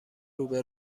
روبه